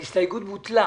ההסתייגות בוטלה.